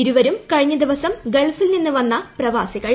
ഇരുവരും കഴിഞ്ഞ ദിവസം ഗൾഫിൽ നിന്ന് വന്ന പ്രവാസികൾ